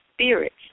spirits